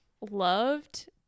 loved